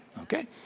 okay